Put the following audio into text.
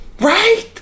right